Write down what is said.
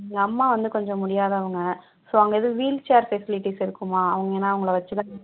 எங்கள் அம்மா வந்து கொஞ்சம் முடியாதவங்க ஸோ அங்கே எதுவும் வீல் சேர் ஃபெசிலிட்டீஸ் இருக்குமா அவங்க ஏன்னா அவங்களை வச்சு தான்